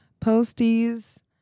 posties